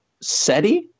SETI